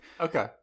Okay